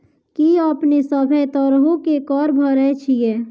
कि अपने सभ्भे तरहो के कर भरे छिये?